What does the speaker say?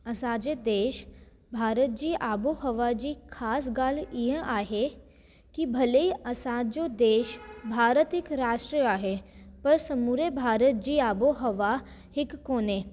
असांजे देशु भारत जी आबोहवा जी ख़ासि गाल्हि इहा आहे की भले ई असांजो देशु भारतिक राष्ट्र आहे पर समूरे भारत जी आबोहवा हिकु कोन्हे